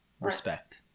Respect